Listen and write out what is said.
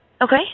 Okay